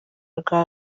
rwa